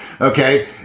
Okay